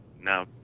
Now